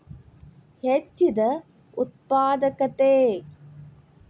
ಹೆಚ್ಚಿದ ಉತ್ಪಾದಕತೆ